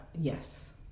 Yes